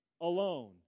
alone